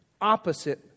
opposite